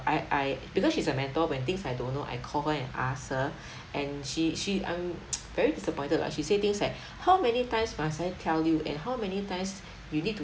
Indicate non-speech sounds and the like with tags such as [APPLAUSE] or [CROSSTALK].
I I because she's a mentor when things I don't know I call her and ask her and she she I'm [NOISE] very disappointed lah she say things like how many times must I tell you and how many times you need to